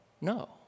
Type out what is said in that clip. No